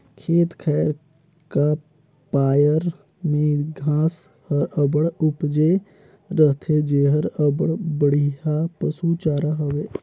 खेत खाएर का पाएर में घांस हर अब्बड़ उपजे रहथे जेहर अब्बड़ बड़िहा पसु चारा हवे